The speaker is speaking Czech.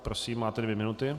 Prosím, máte dvě minuty.